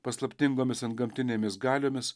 paslaptingomis antgamtinėmis galiomis